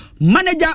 manager